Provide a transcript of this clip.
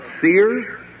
seers